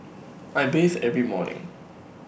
I bathe every morning